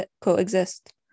coexist